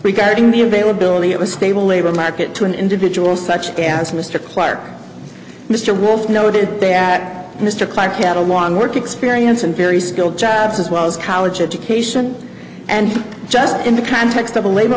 regarding the availability of a stable labor market to an individual such as mr clark mr wolfe noted that mr clark had a long work experience and very skilled jobs as well as college education and just in the context of a labor